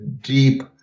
deep